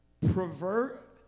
pervert